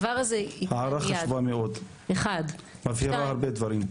הערה חשובה מאוד, מבהירה הרבה דברים.